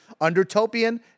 Undertopian